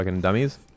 dummies